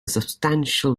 substantial